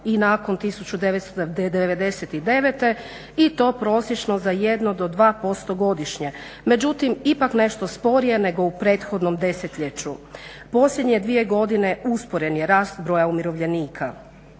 i nakon 1999. i to prosječno za 1 do 2% godišnje, međutim ipak nešto sporije nego u prethodnom desetljeću. Posljednje dvije godine usporen je rast broja umirovljenika.